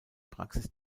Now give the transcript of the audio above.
praxis